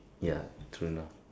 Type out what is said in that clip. ya true enough